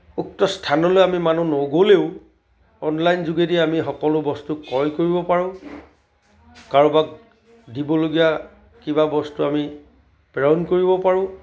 উক্ত স্থানলৈ আমি মানুহ নগ'লেও অনলাইন যোগেদি আমি সকলো বস্তু ক্ৰয় কৰিব পাৰোঁ কাৰোবাক দিবলগীয়া কিবা বস্তু আমি প্ৰেৰণ কৰিব পাৰোঁ